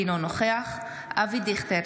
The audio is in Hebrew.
אינו נוכח אבי דיכטר,